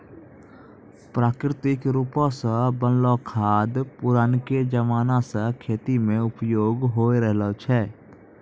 प्राकृतिक रुपो से बनलो खाद पुरानाके जमाना से खेती मे उपयोग होय रहलो छै